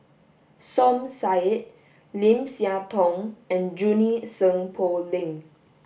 Som Said Lim Siah Tong and Junie Sng Poh Leng